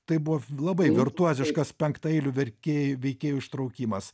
tai buvo labai virtuoziškas penktaeilių verkėjų veikėjų ištraukimas